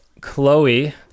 Chloe